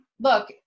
look